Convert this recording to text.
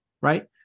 right